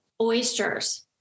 oysters